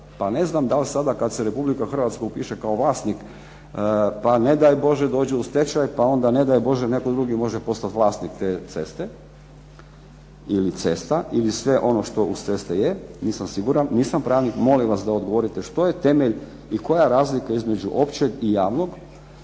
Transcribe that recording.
pa ne znam da li sada kad se Republika Hrvatska upiše kao vlasnik pa ne daj Bože dođe u stečaj, pa onda ne daj Bože netko drugi može postati vlasnik te ceste ili cesta, ili sve ono što uz ceste je, nisam siguran. Nisam pravnik, molim vas da odgovorite što je temelj i koja je razlika između općeg i javnog